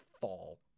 fall